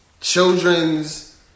children's